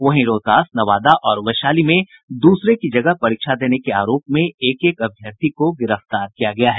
वहीं रोहतास नवादा और वैशाली में दूसरे की जगह परीक्षा देने के आरोप में एक एक अथ्यर्थी को गिरफ्तार किया गया है